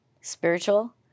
spiritual